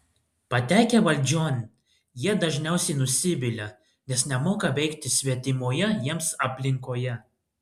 patekę valdžion jie dažniausiai nusivilia nes nemoka veikti svetimoje jiems aplinkoje